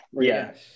Yes